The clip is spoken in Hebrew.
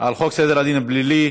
על חוק סדר הדין הפלילי.